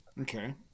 Okay